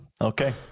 okay